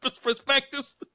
perspectives